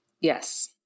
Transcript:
Yes